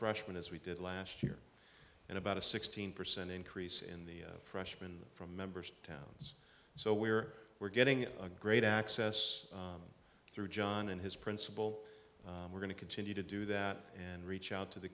freshmen as we did last year and about a sixteen percent increase in the freshman from members towns so we're we're getting a great access through john and his principal and we're going to continue to do that and reach out to the